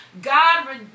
God